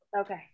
Okay